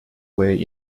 way